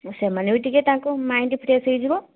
ଏ ସେମାନେ ବି ଟିକିଏ ତାଙ୍କ ମାଇଣ୍ଡ ଫ୍ରେଶ୍ ହେଇଯିବ